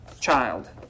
child